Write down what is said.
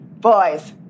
Boys